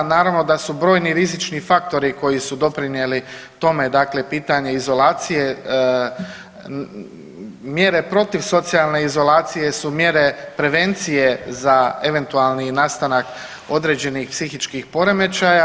Naravno da su brojni rizični faktori koji su doprinijeli tome, dakle pitanje izolacije, mjere protiv socijalne izolacije su mjere prevencije za eventualni nastanak određenih psihičkih poremećaja.